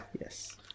Yes